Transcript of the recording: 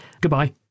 Goodbye